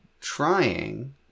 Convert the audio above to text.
trying